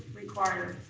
required.